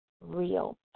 Real